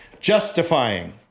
Justifying